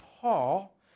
Paul